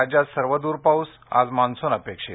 राज्यात सर्वदर पाऊस आज मान्सुन अपेक्षित